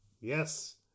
Yes